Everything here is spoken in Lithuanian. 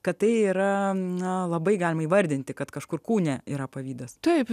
kad tai yra na labai galime įvardinti kad kažkur kūne yra pavydas taip